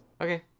Okay